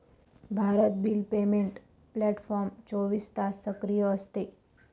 Bharat bill payment platform चोवीस तास सक्रिय असते